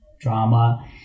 drama